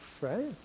Right